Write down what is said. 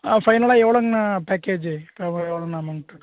ஃபைனலாக எவ்வளோங்ண்ணா பேக்கேஜி எவ் எவ்வளோண்ணா அமௌண்ட்டு